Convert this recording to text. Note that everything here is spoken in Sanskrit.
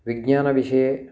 विज्ञानविषये